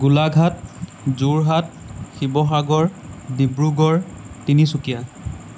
Golaghat Jorhat Sivasagar Dibrugarh Tinsukia